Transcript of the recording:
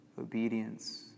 obedience